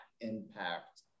impact